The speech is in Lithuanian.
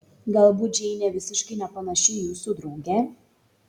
galbūt džeinė visiškai nepanaši į jūsų draugę